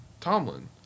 Tomlin